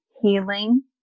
healing